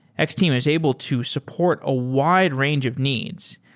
x-team is able to support a wide range of needs.